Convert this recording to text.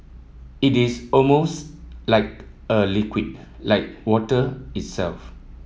it is almost like a liquid like water itself